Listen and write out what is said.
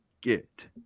get